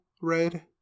red